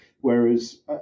Whereas